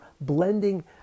blending